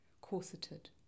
corseted